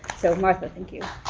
so martha, thank you.